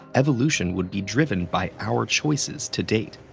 evolution would be driven by our choices to date.